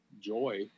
joy